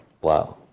Wow